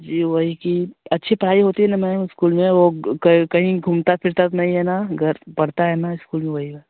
जी वही कि अच्छी पढ़ाई होती है न मैम स्कूल में वो कहीं घूमता फिरता नहीं है न घर पढ़ता है न स्कूल में